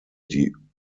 die